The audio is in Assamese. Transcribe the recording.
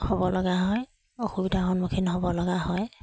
হ'ব লগা হয় অসুবিধাৰ সন্মুখীন হ'ব লগা হয়